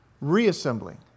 Reassembling